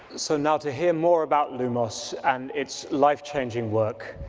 so now to hear more about lumos and it's life-changing work,